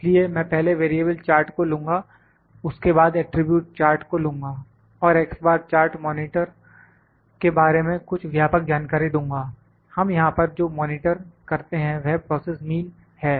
इसलिए मैं पहले वेरिएबल चार्ट को लूंगा उसके बाद एट्रिब्यूट चार्ट को लूंगा और X बार चार्ट मॉनिटर के बारे में कुछ व्यापक जानकारी दूँगा हम यहां पर जो मॉनिटर करते हैं वह प्रोसेस मीन है